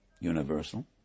universal